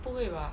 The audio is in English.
不会吧